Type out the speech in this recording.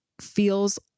feels